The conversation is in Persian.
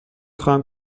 خواهم